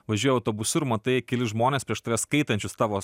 važiuoji autobusu ir matai kelis žmones prieš tave skaitančius tavo